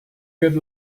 good